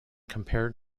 compared